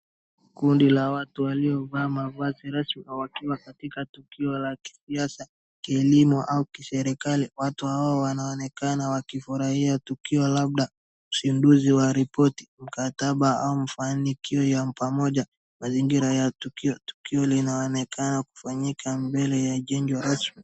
Kundi la watu waliovaa mavazi rasmi wakiwa katika tukio la kisiasa, kielimu au kiserikali. Watu hawa wanaonekana wakifurahia tukio, labda usinduzi wa ripoti, mkataba au mafanikio ya pamoja. Mazingira ya tukio, tukio linaonekana kufanyika mbele ya jengo rasmi.